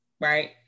right